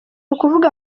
ukuvuga